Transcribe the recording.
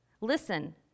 Listen